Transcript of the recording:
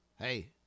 hey